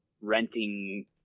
renting